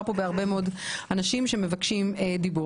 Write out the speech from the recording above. בהרבה מאוד אנשים שמבקשים רשות דיבור.